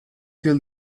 till